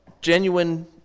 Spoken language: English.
genuine